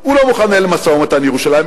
הוא לא מוכן לנהל משא-ומתן על ירושלים.